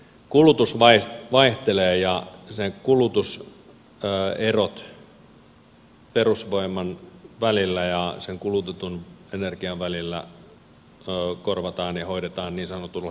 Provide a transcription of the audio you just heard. kulutus vaihtelee ja kulutuserot perusvoiman välillä ja sen kulutetun energian välillä korvataan ja hoidetaan niin sanotulla säätövoimalla